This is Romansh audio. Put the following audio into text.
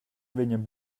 vegnan